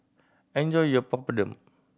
enjoy your Papadum